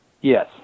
Yes